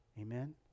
Amen